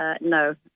no